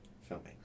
filming